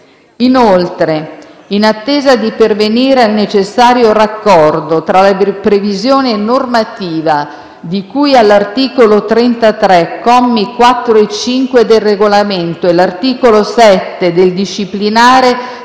Inoltre, in attesa di pervenire al necessario raccordo tra la previsione normativa di cui all'articolo 33, commi 4 e 5, del Regolamento e l'articolo 7 del disciplinare